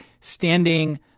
standing